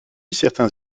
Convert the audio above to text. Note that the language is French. certains